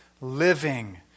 living